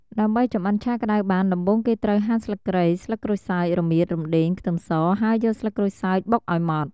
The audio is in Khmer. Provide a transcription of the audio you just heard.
ដើម្បីចម្អិនឆាក្តៅបាន ដំបូងគេត្រូវ ហាន់ស្លឹកគ្រៃ ស្លឹកក្រូចសើច រមៀត រំដេង ខ្ទឹមស ហើយយកស្លឹកក្រូចសើចបុកឱ្យម៉ដ្ឋ។